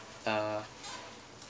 uh